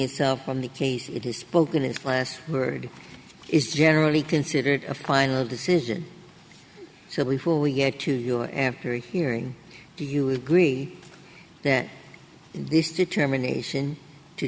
tribunals on the case it has spoken in the last word is generally considered a final decision so before we get to your after hearing do you agree that this determination to